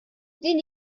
din